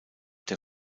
der